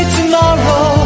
tomorrow